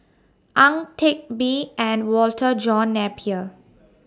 Ang Teck Bee and Walter John Napier